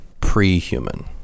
pre-human